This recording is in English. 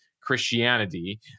Christianity